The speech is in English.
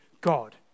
God